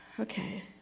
Okay